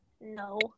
no